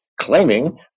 claiming